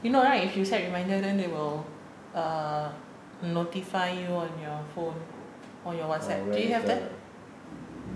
you know right if you set reminder then they will err notify you on your phone or your whatsapp do you have that